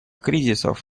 кризисов